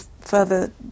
further